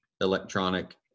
electronic